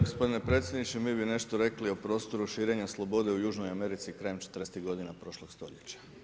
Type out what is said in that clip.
Gospodine predsjedniče, mi bi nešto rekli o prostoru širenja slobode u Južnoj Americi krajem 40-ih godina prošlog stoljeća.